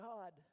God